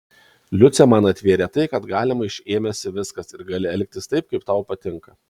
liucė man atvėrė tai kad galima iš ėmėsi viskas ir gali elgtis taip kaip tau patinka